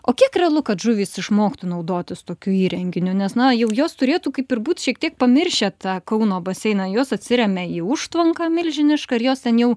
o kiek realu kad žuvys išmoktų naudotis tokiu įrenginiu nes na jau jos turėtų kaip ir būt šiek tiek pamiršę tą kauno baseiną jos atsiremia į užtvanką milžinišką ir jos ten jau